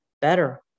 better